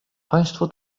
państwo